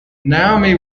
naomi